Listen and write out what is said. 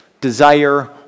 desire